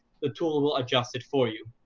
the tool will adjust it for you.